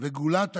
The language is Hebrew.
וגולת הכותרת,